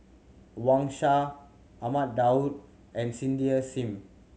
Wang Sha Ahmad Daud and Cindy Sim